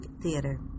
theater